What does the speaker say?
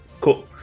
Cool